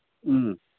ꯎꯝ